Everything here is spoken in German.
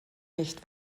nicht